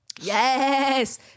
Yes